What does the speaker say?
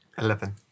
Eleven